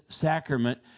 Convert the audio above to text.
sacrament